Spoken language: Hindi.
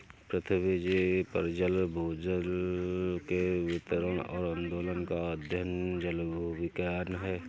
पृथ्वी पर जल भूजल के वितरण और आंदोलन का अध्ययन जलभूविज्ञान है